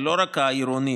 זה לא רק העירוני,